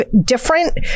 different